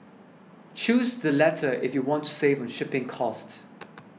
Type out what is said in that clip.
choose the latter if you want to save on shipping cost